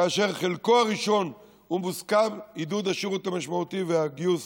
כאשר חלקו הראשון מוסכם: עידוד השירות המשמעותי והגיוס